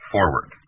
Forward